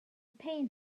paint